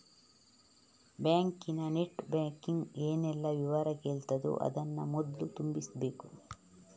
ಬ್ಯಾಂಕಿನ net banking ಏನೆಲ್ಲ ವಿವರ ಕೇಳ್ತದೋ ಅದನ್ನ ಮೊದ್ಲು ತುಂಬಿಸ್ಬೇಕು